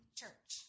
church